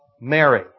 Mary